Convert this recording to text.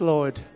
Lord